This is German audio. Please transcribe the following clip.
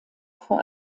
vor